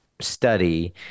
study